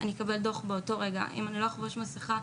אני אקבל דוח באותו רגע; אם אני לא אעטה מסכה,